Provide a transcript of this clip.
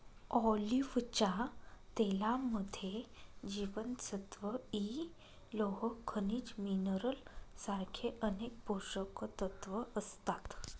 ऑलिव्हच्या तेलामध्ये जीवनसत्व इ, लोह, खनिज मिनरल सारखे अनेक पोषकतत्व असतात